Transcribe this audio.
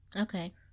Okay